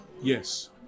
Yes